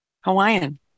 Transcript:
Hawaiian